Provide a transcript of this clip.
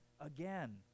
again